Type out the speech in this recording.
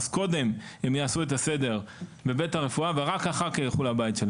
אז קודם הם יעשו את הסדר בבית הרפואה,